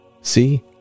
See